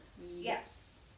Yes